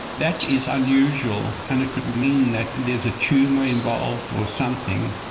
that is unusual, and it could mean that there's a tumour involved or something,